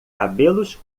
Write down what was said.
cabelos